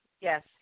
Yes